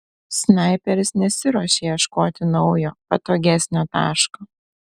snaiperis nesiruošė ieškoti naujo patogesnio taško